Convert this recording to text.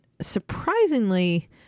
surprisingly